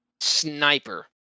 sniper